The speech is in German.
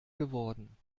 geworden